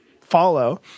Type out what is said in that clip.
follow